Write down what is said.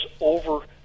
over